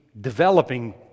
developing